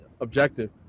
objective